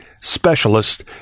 specialist